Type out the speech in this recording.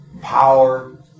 power